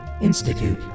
Institute